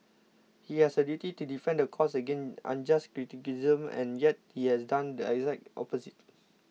he has a duty to defend the courts against unjust criticism and yet he has done the exact opposite